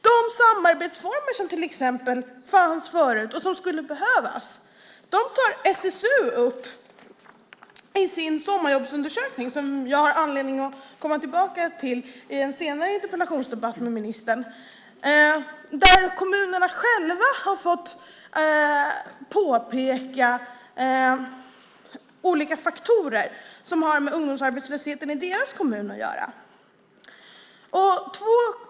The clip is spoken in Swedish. De samarbetsformer som till exempel fanns förut och som skulle behövas tar SSU upp i sin sommarjobbsundersökning, som jag har anledning att komma tillbaka till i en senare interpellationsdebatt med ministern, där kommunerna själva har fått påpeka olika faktorer som har med ungdomsarbetslösheten i deras kommun att göra.